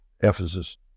Ephesus